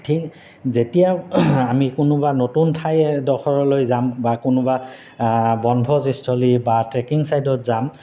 ঠিক যেতিয়া আমি কোনোবা নতুন ঠাই এডোখৰলৈ যাম বা কোনোবা বনভোজস্থলী বা ট্ৰেকিং ছাইটত যাম